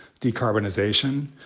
decarbonization